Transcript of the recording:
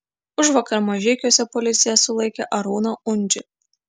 užvakar mažeikiuose policija sulaikė arūną undžį